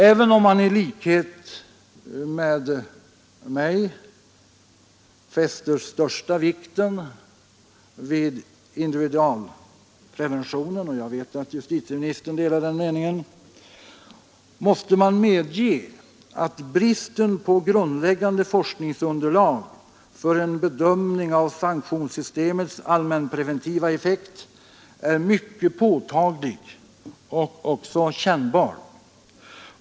Även om man i likhet med mig lägger största vikten vid individualpreventionen — och jag vet att justitieministern delar denna min uppfattning — måste man medge att bristen på grundläggande forskningsunderlag för en bedömning av sanktionssystemets allmänpreventiva effekt är mycket påtaglig och kännbar.